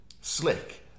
slick